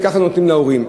וכך נותנים להורים.